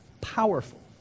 powerful